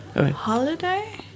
Holiday